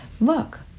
Look